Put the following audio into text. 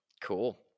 Cool